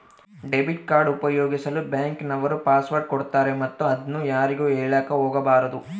debit card ಉಪಯೋಗಿಸಲು bank ನವರು password ಕೊಡ್ತಾರೆ ಮತ್ತು ಅದನ್ನು ಯಾರಿಗೂ ಹೇಳಕ ಒಗಬಾರದು